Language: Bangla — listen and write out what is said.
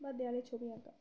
দেওয়ালে ছবি আঁকতাম